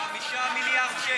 לא סומך על אף אחד, 5 מיליארד שקל.